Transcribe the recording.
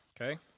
Okay